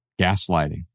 gaslighting